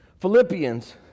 philippians